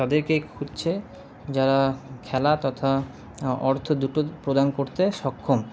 তাদেরকেই খুঁজছে যারা খেলা তথা অর্থ দুটো প্রদান করতে সক্ষম